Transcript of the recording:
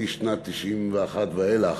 משנת 1991 ואילך,